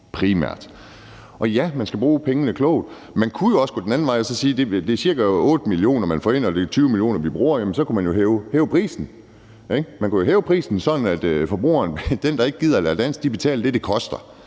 Ja, man skal bruge pengene klogt. Man kunne jo også gå den anden vej og sige, at det er ca. 8 mio. kr., man får ind, og det er 20 mio. kr., vi bruger, men så kunne man jo hæve prisen. Man kunne jo hæve prisen, sådan at forbrugeren – den, der ikke gider at lære dansk – betaler det, det koster.